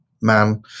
man